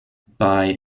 bei